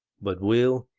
but will,